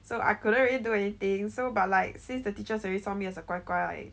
so I couldn't really do anything so but like since the teachers already saw me as a 乖乖 like